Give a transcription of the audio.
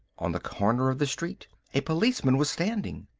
on the corner of the street a policeman was standing.